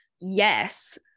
Yes